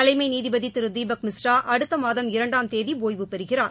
தலைமைநீதிபதிதிருதீபக் மிஸ்ரா அடுத்தமாதம் இரண்டாம் தேதிஒய்வுபெறுகிறார்